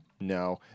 No